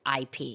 IP